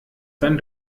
dann